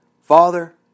Father